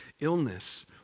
illness